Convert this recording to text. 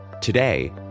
Today